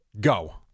Go